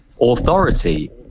authority